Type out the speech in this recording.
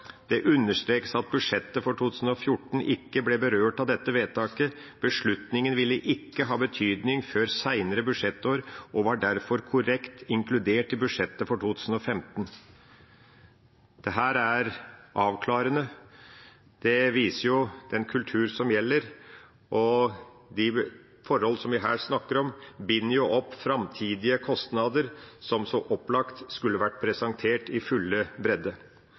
«Det understrekes at budsjettet for 2014 ikke ble berørt av dette vedtaket. Beslutningen ville ikke ha betydning før senere budsjettår, og var derfor korrekt inkludert i budsjettet for 2015.» Dette er avklarende. Det viser den kultur som gjelder, og de forhold som vi her snakker om, binder jo opp framtidige kostnader som så opplagt skulle vært presentert i full bredde.